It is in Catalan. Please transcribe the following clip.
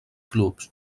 clubs